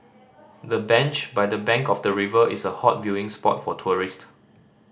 the bench by the bank of the river is a hot viewing spot for tourist